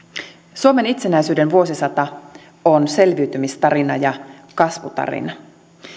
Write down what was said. suomen itsenäisyyden vuosisata on selviytymistarina ja kasvutarina